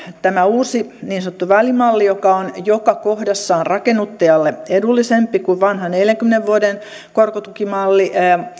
tämä uusi niin sanottu välimalli joka on joka kohdassaan rakennuttajalle edullisempi kuin vanha neljänkymmenen vuoden korkotukimalli